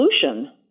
solution